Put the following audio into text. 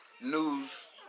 News